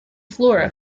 flora